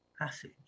passage